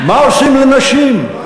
ללוב, כן.